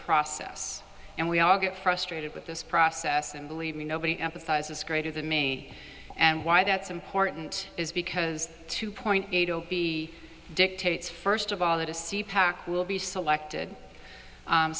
process and we all get frustrated with this process and believe me nobody empathizes greater than me and why that's important is because two point eight o b dictates first of all that a c pack will be selected